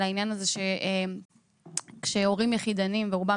על העניין הזה שכשהורים יחידניים ורובן